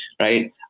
Right